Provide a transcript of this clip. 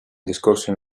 discorso